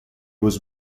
was